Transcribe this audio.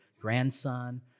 grandson